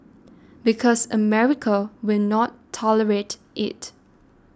because America will not tolerate it